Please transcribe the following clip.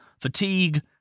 fatigue